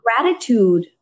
gratitude